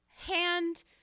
Hand